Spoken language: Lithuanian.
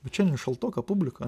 bet šiandien šaltoka publika